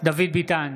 דוד ביטן,